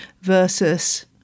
versus